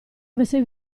avesse